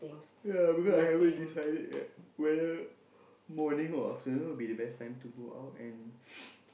ya because I haven't decided yet whether morning or afternoon would be the best time to go out and